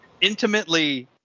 intimately